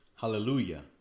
Hallelujah